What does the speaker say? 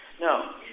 No